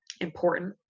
important